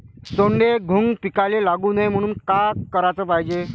सोंडे, घुंग पिकाले लागू नये म्हनून का कराच पायजे?